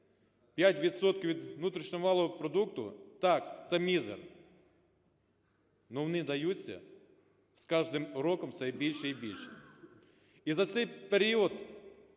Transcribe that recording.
від внутрішнього валового продукту, так, це мізер, але вони даються з кожним роком все більше і більше. І за цей період